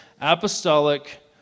apostolic